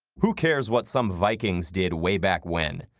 who cares what some vikings did way back when?